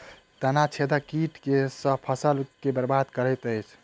तना छेदक कीट केँ सँ फसल केँ बरबाद करैत अछि?